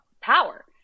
power